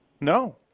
No